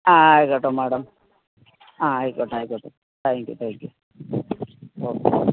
ആ ആയിക്കോട്ടെ മാഡം ആ ആയിക്കോട്ടെ ആയിക്കോട്ടെ thank you thank you okay